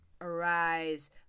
Arise